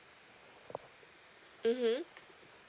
mmhmm